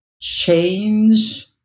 change